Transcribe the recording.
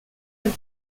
and